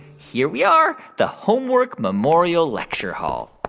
here we are the homework memorial lecture hall.